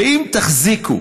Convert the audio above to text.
ואם תחזיקו